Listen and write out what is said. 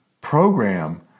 program